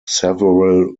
several